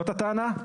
זאת הטענה?